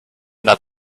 that